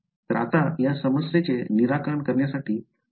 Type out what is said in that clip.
तर आता या समस्येचे निराकरण करण्यासाठी आपल्या क्षणांच्या पध्दतीचा वापर करूया